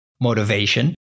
motivation